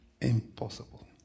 Impossible